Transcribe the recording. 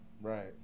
right